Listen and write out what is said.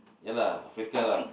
ya lah Africa lah